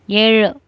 ஏழு